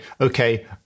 okay